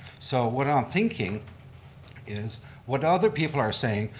so what i'm thinking is what other people are saying,